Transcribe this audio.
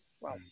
wow